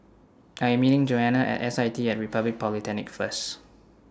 I Am meeting Joanna At S I T At Republic Polytechnic First